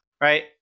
right